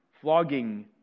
flogging